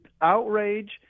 outrage